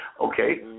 Okay